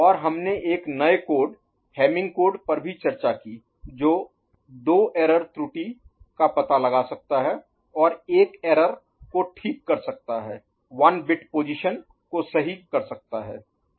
और हमने एक नए कोड हैमिंग कोड पर भी चर्चा की जो दो एरर Error त्रुटि का पता लगा सकता है और 1 एरर त्रुटि को ठीक कर सकता है 1 बिट पोजीशन को सही कर सकता है